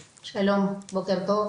שלום, בוקר טוב.